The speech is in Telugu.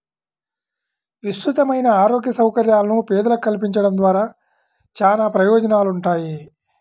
విస్తృతమైన ఆరోగ్య సౌకర్యాలను పేదలకు కల్పించడం ద్వారా చానా ప్రయోజనాలుంటాయి